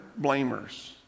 blamers